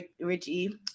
Richie